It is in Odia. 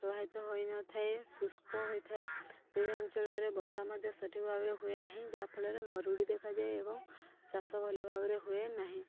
ସହାୟକ ହୋଇନଥାଏ ଶୁଷ୍କ ହୋଇଥାଏ ସେହି ଅଞ୍ଚଳରେ ବର୍ଷା ମଧ୍ୟ ସଠିକ ଭାବରେ ହୁଏ ନାହିଁ ଯାହାଫଳରେ ମରୁଡ଼ି ଦେଖାଯାଏ ଏବଂ ଚାଷ ଭଲ ଭାବରେ ହୁଏ ନାହିଁ